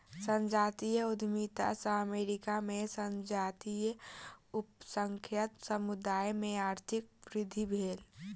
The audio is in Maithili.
संजातीय उद्यमिता सॅ अमेरिका में संजातीय अल्पसंख्यक समुदाय में आर्थिक वृद्धि भेल